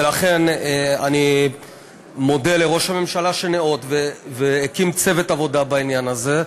ולכן אני מודה לראש הממשלה שניאות והקים צוות עבודה בעניין הזה.